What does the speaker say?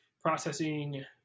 processing